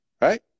Right